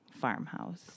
farmhouse